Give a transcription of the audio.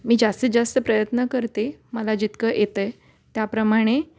मी जास्तीत जास्त प्रयत्न करते मला जितकं येतं आहे त्याप्रमाणे